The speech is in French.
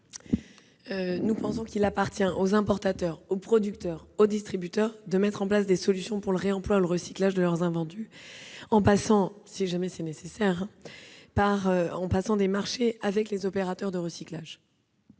nous pensons qu'il appartient aux importateurs, aux producteurs et aux distributeurs de mettre en place des solutions pour le réemploi et le recyclage de leurs invendus, en passant le cas échéant des marchés avec les opérateurs de recyclage.